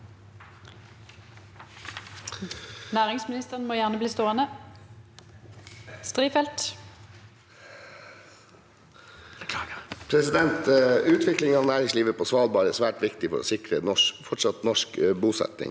«Utvikling av næringslivet på Svalbard er svært viktig for å sikre fortsatt norsk bosetting.